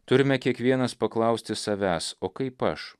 turime kiekvienas paklausti savęs o kaip aš